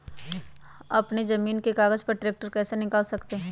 अपने जमीन के कागज पर ट्रैक्टर कैसे निकाल सकते है?